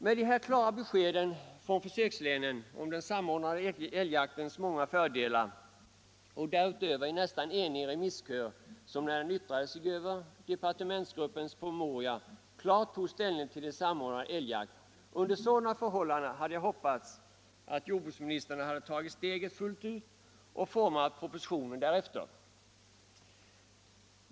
Med hänsyn till detta klara besked från försökslänen om den samordnade älgjaktens många fördelar och med hänsyn till den nästan eniga remisskören — remissinstanserna tog klart ställning för den samordnade älgjakten när de yttrade sig över departementsgruppens promemoria — hade jag hoppats att jordbruksministern skulle ta steget fullt ut och utforma propositionen därefter.